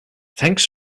thanks